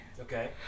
Okay